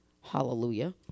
Hallelujah